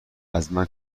ازمن